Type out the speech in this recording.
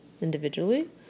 individually